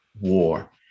war